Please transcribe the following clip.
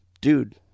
Dude